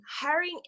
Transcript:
Hiring